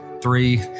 three